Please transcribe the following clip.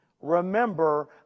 Remember